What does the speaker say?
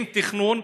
עם תכנון,